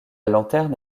lanterne